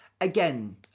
again